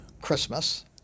Christmas